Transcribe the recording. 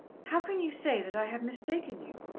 how can you say that i have mistaken you?